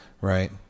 right